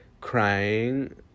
crying